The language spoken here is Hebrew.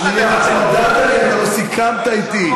אתה הודעת לי, אתה לא סיכמת איתי.